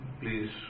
please